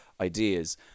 ideas